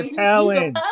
talent